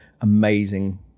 amazing